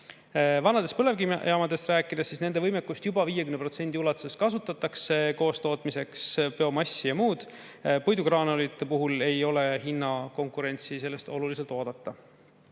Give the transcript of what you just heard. vanadest põlevkivijaamadest rääkida, siis nende võimekust juba 50% ulatuses kasutatakse koostootmiseks, biomass ja muu. Puidugraanulitest ei ole hinnakonkurentsi oluliselt oodata.